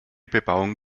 bebauung